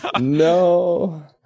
No